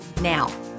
now